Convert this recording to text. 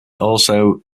also